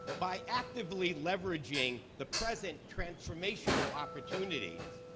by actively leveraging the present transformational opportunities,